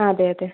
അതെ അതെ